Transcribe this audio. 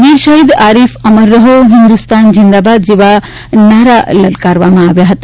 વીર શહીદ આરીફ અમર રહો હિન્દ્રસ્તાન ઝિંદાબાદ જેવા નારા લલકારવામાં આવ્યા હતા